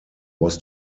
was